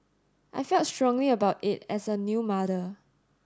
I felt strongly about it as a new mother